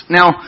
Now